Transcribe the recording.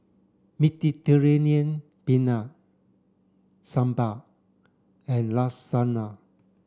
Mediterranean Penne Sambar and Lasagna